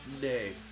day